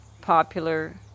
popular